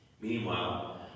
meanwhile